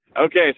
Okay